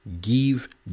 give